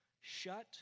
Shut